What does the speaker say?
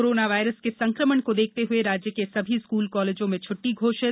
corona virus के संकमण को देखते हुए राज्य के सभी स्कूल कालेजों में छुट्टी घोषित